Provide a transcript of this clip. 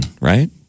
right